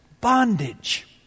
bondage